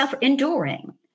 enduring